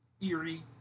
eerie